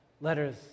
letters